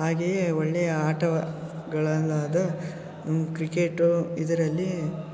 ಹಾಗೆಯೇ ಒಳ್ಳೆಯ ಆಟಗಳಲ್ಲಾದ ಕ್ರಿಕೆಟು ಇದರಲ್ಲಿ